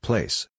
Place